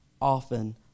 often